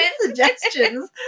suggestions